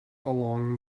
along